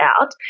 Out